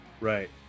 Right